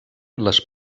les